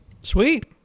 sweet